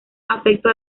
afecto